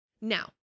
Now